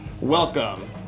Welcome